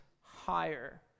higher